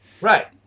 Right